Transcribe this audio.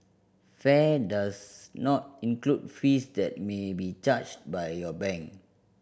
fare does not include fees that may be charged by your bank